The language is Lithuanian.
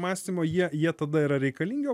mąstymo jie jie tada yra reikalingi o